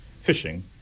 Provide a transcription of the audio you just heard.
fishing